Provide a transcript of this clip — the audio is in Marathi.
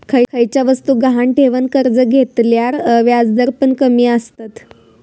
खयच्या वस्तुक गहाण ठेवन कर्ज घेतल्यार व्याजदर पण कमी आसतत